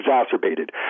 exacerbated